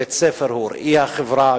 בית-ספר הוא ראי החברה,